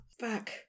Fuck